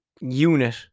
unit